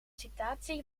citatie